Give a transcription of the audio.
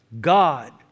God